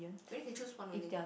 only can choose one only